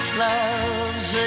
love's